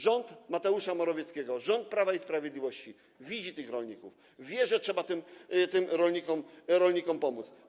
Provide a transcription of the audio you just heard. Rząd Mateusza Morawieckiego, rząd Prawa i Sprawiedliwości widzi tych rolników, wie, że trzeba tym rolnikom pomóc.